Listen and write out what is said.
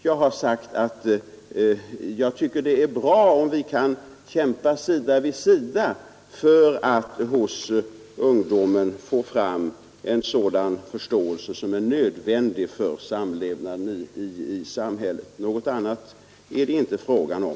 Jag har sagt att jag tycker det är bra om vi kan kämpa sida vid sida för att hos ungdomen få fram en sådan förståelse som är nödvändig för samlevnaden i samhället. Något annat är det inte fråga om.